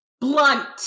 Blunt